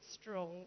strong